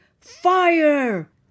FIRE